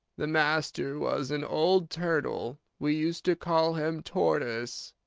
the master was an old turtle we used to call him tortoise